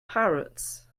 parrots